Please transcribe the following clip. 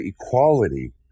equality